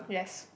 yes